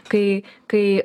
kai kai